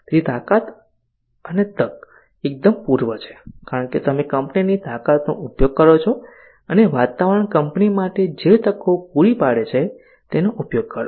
તેથી તાકાત અને તક એકદમ પૂર્વ છે કારણ કે તમે કંપનીની તાકાતનો ઉપયોગ કરો છો અને વાતાવરણ કંપની માટે જે તકો પૂરી પાડે છે તેનો ઉપયોગ કરો